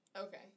Okay